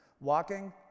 walking